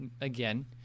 again